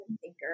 thinker